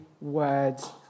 words